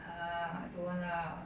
err I don't want lah